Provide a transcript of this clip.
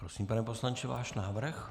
Prosím, pane poslanče, váš návrh.